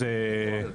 זה, כן.